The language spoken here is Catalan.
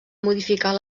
modificar